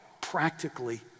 practically